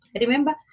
remember